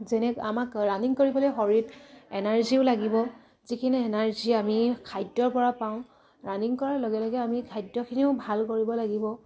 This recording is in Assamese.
যেনে আমাক ৰানিং কৰিবলৈ শৰীৰত এনাৰ্জিও লাগিব যিখিনি এনাৰ্জি আমি খাদ্যৰ পৰা পাওঁ ৰানিং কৰাৰ লগে লগে আমি খাদ্যখিনিও ভাল কৰিব লাগিব